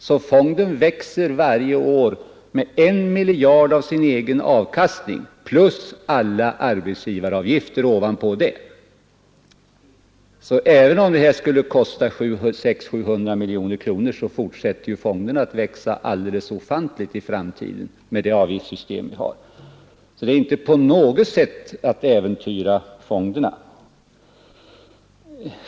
Denna växer alltså varje år med 1 miljard kronor från sin egen avkastning plus alla arbetsgivaravgifter ovanpå detta. Även om det skulle kosta 600-700 miljoner kronor med differentierade avgifter, fortsätter fonderna att i framtiden växa alldeles ofantligt med det avgiftsystem vi har. Detta äventyrar inte på något sätt fonderna.